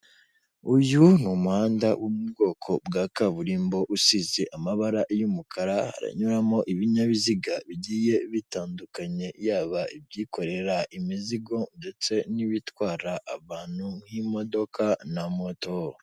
Uyu ni umuhanda wo mu bwoko bwa kaburimbo, usize amabara y'umukara, haranyuramo ibinyabiziga bigiye bitandukanye, yaba ibyikorera imizigo ndetse n'ibitwara abantu, nk'imodoka na moto.